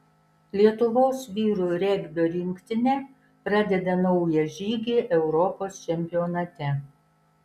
lietuvos vyrų regbio rinktinė pradeda naują žygį europos čempionate